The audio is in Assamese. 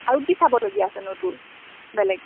আৰু কি চাবলগীয়া আছেনো তোৰ বেলেগ